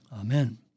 Amen